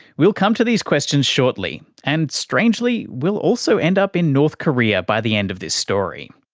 we'll come to these questions shortly. and, strangely, we'll also end up in north korea by the end of this story.